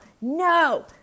no